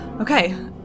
Okay